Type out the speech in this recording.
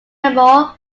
more